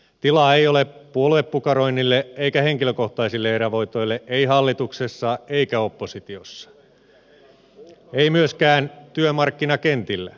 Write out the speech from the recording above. tilaa ei ole puoluepukaroinnille eikä henkilökohtaisille erävoitoille ei hallituksessa eikä oppositiossa ei myöskään työmarkkinakentillä